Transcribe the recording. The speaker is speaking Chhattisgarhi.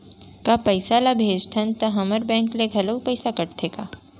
का पइसा ला भेजथन त हमर बैंक ले घलो पइसा कटथे का?